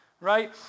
right